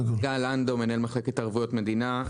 נעים מאוד, גל לנדו, מנהל מחלקת ערבויות מדינה.